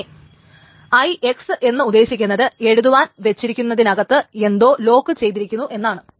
പിന്നെ IX എന്ന് ഉദ്ദേശിക്കുന്നത് എഴുതുവാൻ വച്ചിരിക്കുന്നതിനകത്ത് എന്തോ ലോക്കുചെയതിരിക്കുന്നു എന്നാണ്